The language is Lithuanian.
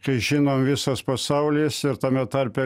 kai žinom visas pasaulis ir tame tarpe